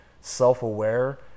self-aware